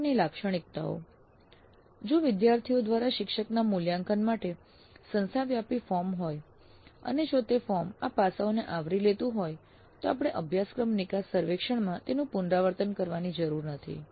શિક્ષકની લાક્ષણિકતાઓ જો વિદ્યાર્થીઓ દ્વારા શિક્ષકના મૂલ્યાંકન માટે સંસ્થા વ્યાપી ફોર્મ હોય અને જો તે ફોર્મ આ પાસાઓને આવરી લેતું હોય તો આપણે અભ્યાસક્રમ નિકાસ સર્વેક્ષણમાં તેનું પુનરાવર્તન કરવાની જરૂર નથી